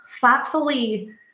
thoughtfully